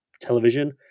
television